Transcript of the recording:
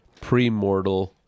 premortal